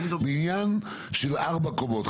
בניין של ארבע קומות,